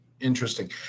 Interesting